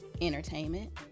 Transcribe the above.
entertainment